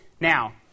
Now